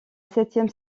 septième